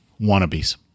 wannabes